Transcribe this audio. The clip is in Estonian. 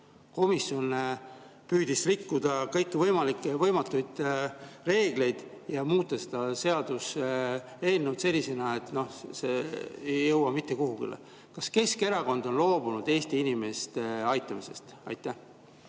Komisjon püüdis rikkuda kõiki võimalikke ja võimatuid reegleid ja muuta seda seaduseelnõu nii, et see ei jõua mitte kuhugi. Kas Keskerakond on loobunud Eesti inimeste aitamisest? Aitäh,